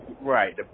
Right